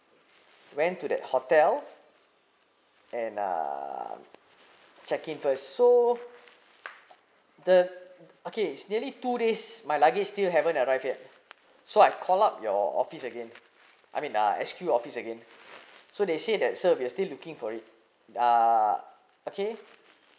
went to that hotel and uh check in first so the okay nearly two days my luggage still haven't arrived yet so I called up your office again I mean uh S_Q office again so they said that sir we're still looking for it uh okay